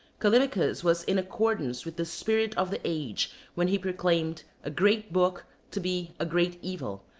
callimachus was in accordance with the spirit of the age when he proclaimed a great book to be a great evil,